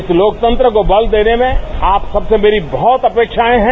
इस लोकतंत्र को बल देने में आप सबसे मेरी बहुत अपेक्षाएं हैं